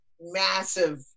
massive